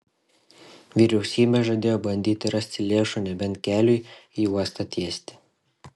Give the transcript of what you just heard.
vyriausybė žadėjo bandyti rasti lėšų nebent keliui į uostą tiesti